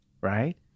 right